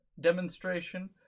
demonstration